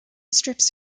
strips